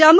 Jammu